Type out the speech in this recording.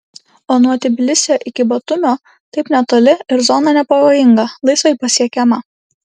o nuo tbilisio iki batumio taip netoli ir zona nepavojinga laisvai pasiekiama